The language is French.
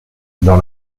dans